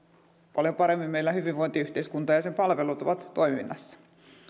paljon paremmin meillä hyvinvointiyhteiskunta ja sen palvelut ovat toiminnassa